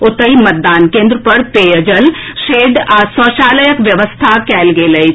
ओतहि मतदान केन्द्र पर पेयजल शेड आ शौचालयक व्यवस्था कयल गेल अछि